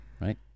right